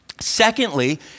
Secondly